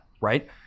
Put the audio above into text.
Right